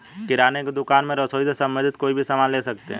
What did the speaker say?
किराने की दुकान में रसोई से संबंधित कोई भी सामान ले सकते हैं